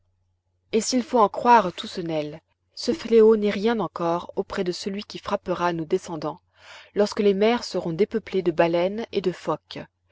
et s'il faut en croire toussenel ce fléau n'est rien encore auprès de celui qui frappera nos descendants lorsque les mers seront dépeuplées de baleines et de phoques